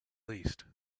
least